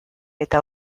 eta